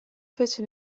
fece